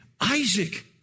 Isaac